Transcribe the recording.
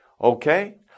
Okay